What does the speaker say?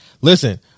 Listen